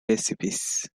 recipes